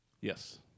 Yes